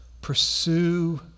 Pursue